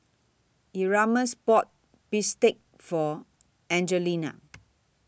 Erasmus bought Bistake For Angelina